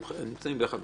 הם נמצאים יחד בצבא,